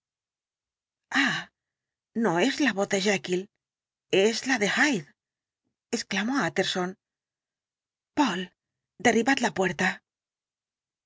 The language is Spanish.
no es la voz de jekyll es la de hyde exclamó utterson poole derribad la puerta